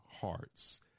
hearts